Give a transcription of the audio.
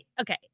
okay